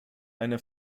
eine